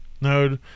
No